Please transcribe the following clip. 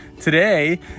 Today